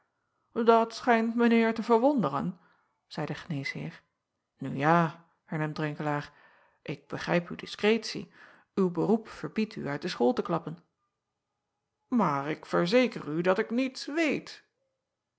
at schijnt mijn eer te verwonderen zeî de geneesheer u ja hernam renkelaer ik begrijp uw diskretie uw beroep verbiedt u uit de school te klappen aar ik verzeker u dat ik niets weet